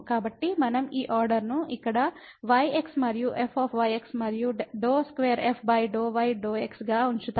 కాబట్టి మనం ఈ ఆర్డర్ను ఇక్కడ yx మరియు fyx మరియు ∂2f∂ y ∂ x గా ఉంచుతాము